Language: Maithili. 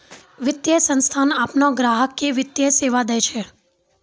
वित्तीय संस्थान आपनो ग्राहक के वित्तीय सेवा दैय छै